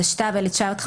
התשט"ו 1955